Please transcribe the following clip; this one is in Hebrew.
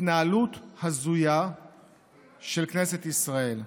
התנהלות הזויה של כנסת ישראל.